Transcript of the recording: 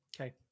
okay